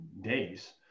days